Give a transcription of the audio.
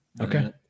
okay